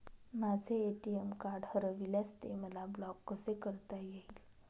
माझे ATM card हरविल्यास ते मला ब्लॉक कसे करता येईल?